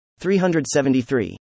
373